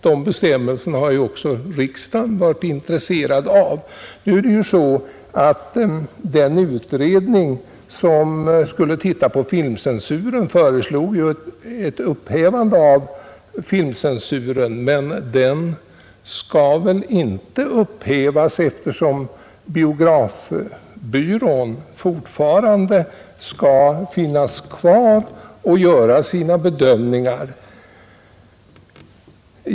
De bestämmelserna har även riksdagen varit intresserad av. Den utredning som skulle granska frågan om filmcensuren föreslog ett upphävande av denna. Men det verkar inte som om den skall upphävas eftersom biografbyrån fortfarande skall finnas kvar och göra sina bedömningar.